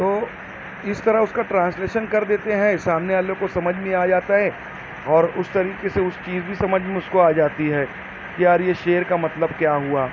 تو اس طرح اس کا ٹرانسلیشن کر دیتے ہیں سامنے والے کو سمجھ میں آ جاتا ہے اور اس طریقے سے اس چیز بھی سمجھ میں اس کو آجاتی ہے یار یہ شعر کا مطلب کیا ہوا